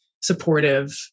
supportive